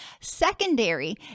secondary